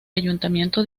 ayuntamiento